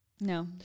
No